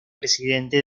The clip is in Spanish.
presidente